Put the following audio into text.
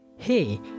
hey